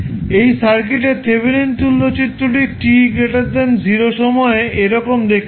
এই সার্কিটের থেভেনিন তুল্য চিত্রটি t0 সময়ে এরকম দেখতে হবে